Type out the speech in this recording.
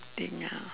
thing ah